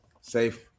safe